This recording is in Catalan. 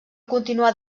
continuar